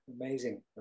amazing